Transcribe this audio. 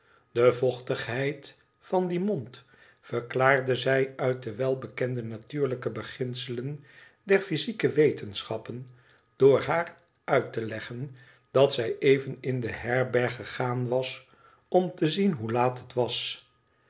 de vochtigheid van dien mond verklaarde zij uit de welbekende natuurlijke beginselen der physieke wetenschappen door haar uit te leggen dat zij even in de herberg gegaan was om te zien hoe laat het was